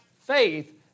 faith